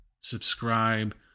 subscribe